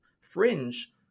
fringe